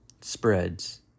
spreads